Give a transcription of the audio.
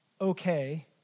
okay